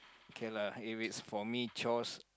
okay lah if it's for me chores